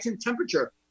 temperature